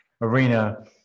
arena